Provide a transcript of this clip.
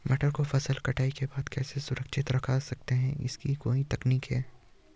मटर को फसल कटाई के बाद कैसे सुरक्षित रख सकते हैं इसकी कोई तकनीक है?